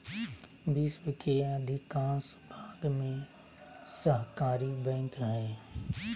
विश्व के अधिकांश भाग में सहकारी बैंक हइ